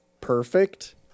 perfect